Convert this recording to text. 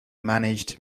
managed